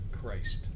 Christ